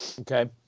Okay